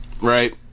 right